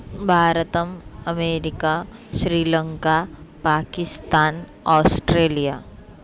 भारतम् America Sri Lanka Pakistan Australia